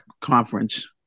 conference